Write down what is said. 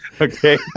Okay